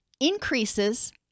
increases